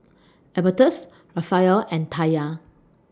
Albertus Rafael and Taya